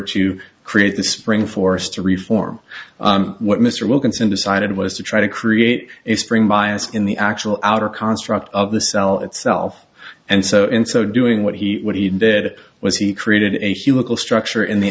to create the spring force to reform what mr wilkinson decided was to try to create a spring bias in the actual outer construct of the cell itself and so in so doing what he what he did was he created a few little structure in the